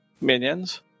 minions